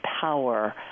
power